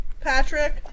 Patrick